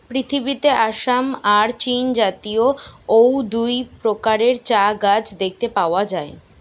পৃথিবীতে আসাম আর চীনজাতীয় অউ দুই প্রকারের চা গাছ দেখতে পাওয়া যায়